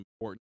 important